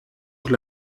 donc